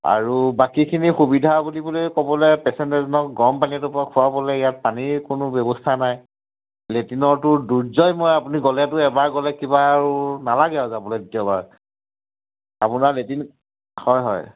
আৰু বাকীখিনি সুবিধা বুলিবলৈ ক'বলৈ পেচেণ্টে এজনক গৰমপানী এটোপা খোৱাবলৈ ইয়াত পানীৰ কোনো ব্যৱস্থা নাই লেট্ৰিনৰতো দুৰ্যয়ময় আপুনি গ'লেতো এবাৰ গ'লে কিবা আৰু নালাগে আৰু যাবলৈ দ্বিতীয়বাৰ আপোনাৰ লেট্ৰিন হয় হয়